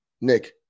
Nick